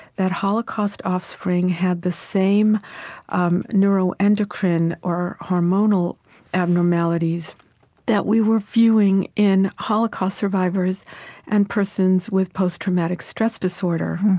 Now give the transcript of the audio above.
that holocaust offspring had the same um neuroendocrine or hormonal abnormalities that we were viewing in holocaust survivors and persons with post-traumatic stress disorder.